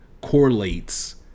correlates